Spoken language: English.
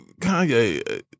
Kanye